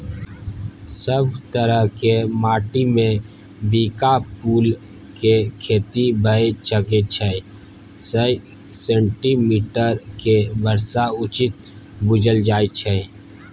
सब तरहक माटिमे बिंका फुलक खेती भए सकै छै सय सेंटीमीटरक बर्षा उचित बुझल जाइ छै